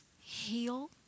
heal